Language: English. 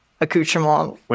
accoutrement